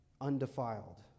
undefiled